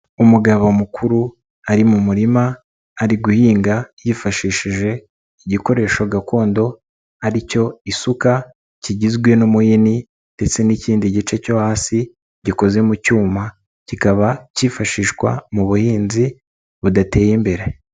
Umugabo mukuru ari mu murima ari guhinga yifashishije igikoresho gakondo ari cyo isuka kigizwe n'umuhini ndetse n'ikindi gice cyo hasi gikoze mu cyuma, kikaba kifashishwa mu buhinzi budateye imbere.